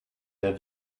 der